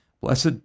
Blessed